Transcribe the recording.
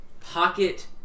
Pocket